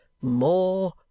More